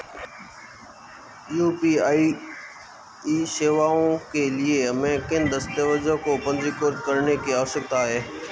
UPI सेवाओं के लिए हमें किन दस्तावेज़ों को पंजीकृत करने की आवश्यकता है?